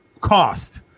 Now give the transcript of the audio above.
cost